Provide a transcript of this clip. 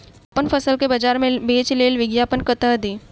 अप्पन फसल केँ बजार मे बेच लेल विज्ञापन कतह दी?